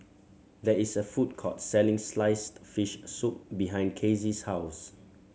there is a food court selling sliced fish soup behind Kasey's house